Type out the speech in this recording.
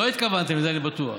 לא התכוונתם לזה, אני בטוח.